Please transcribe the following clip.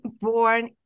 born